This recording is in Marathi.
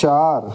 चार